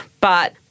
But-